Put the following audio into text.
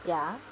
ya